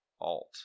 alt